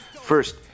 First